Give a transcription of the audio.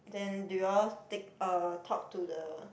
then do you all take um talk to the